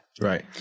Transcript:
Right